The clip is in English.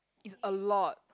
is a lot